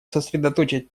сосредоточить